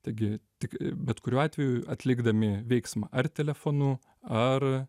taigi tik bet kuriuo atveju atlikdami veiksmą ar telefonu ar